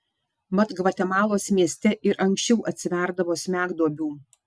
mat gvatemalos mieste ir anksčiau atsiverdavo smegduobių